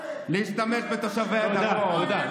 אלכס, להשתמש בתושבי הדרום, תודה.